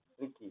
Ricky